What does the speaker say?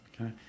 okay